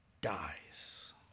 dies